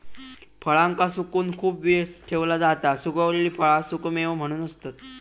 फळांका सुकवून खूप वेळ ठेवला जाता सुखवलेली फळा सुखेमेवे म्हणून असतत